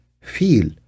feel